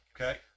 Okay